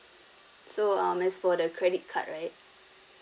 so um as for the credit card right